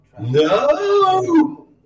No